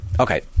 Okay